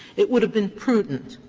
it would have been prudent,